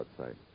outside